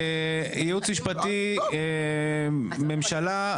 כי בעצם כשזה במדרג נמוך --- נהלים לא הנחיות.